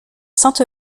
sainte